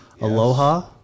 Aloha